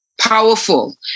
powerful